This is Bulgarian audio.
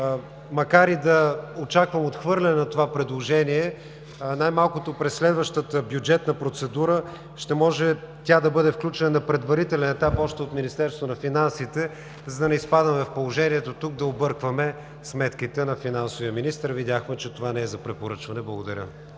макар и да очаквам отхвърляне на това предложение, най-малкото през следващата бюджетна процедура ще може тя да бъде включена на предварителен етап още от Министерство на финансите, за да не изпадаме в положението тук да объркваме сметките на финансовия министър. Видяхме, че това не е за препоръчване. Благодаря